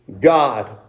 God